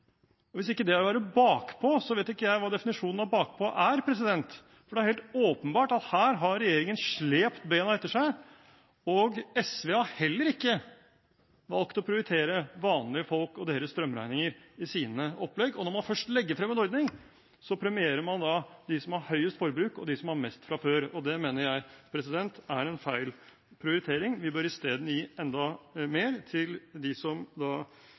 Hvis ikke det er å være bakpå, vet ikke jeg hva definisjonen av «bakpå» er, for det er helt åpenbart at her har regjeringen slept bena etter seg, og SV har heller ikke valgt å prioritere vanlige folk og deres strømregninger i sine opplegg. Når man først legger frem en ordning, premierer man dem som har høyest forbruk, og dem som har mest fra før. Det mener jeg er en feil prioritering. Vi bør i stedet gi enda mer til dem som har et lavere forbruk, slik at de som